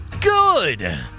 Good